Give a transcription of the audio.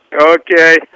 Okay